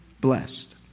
blessed